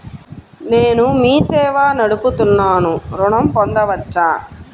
నేను మీ సేవా నడుపుతున్నాను ఋణం పొందవచ్చా?